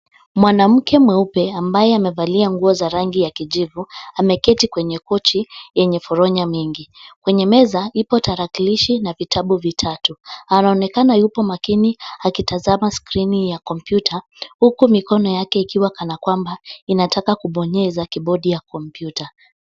Mwanamke mweupe ambaye amevalia nguo za rangi ya kijivu, ameketi kwenye kochi yenye foronya mingi. Kwenye meza ipo tarakilishi na vitabu vitatu. Anaonekana yupo makini akitazama skrini ya kompyuta huku mikono yake ikiwa kana kwamba inataka kubonyeza kibodi ya kompyuta.